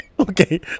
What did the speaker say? Okay